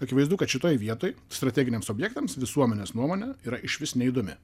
akivaizdu kad šitoj vietoj strateginiams objektams visuomenės nuomonė yra išvis neįdomi